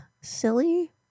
silly